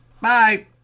Bye